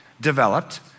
developed